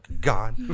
god